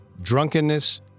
Drunkenness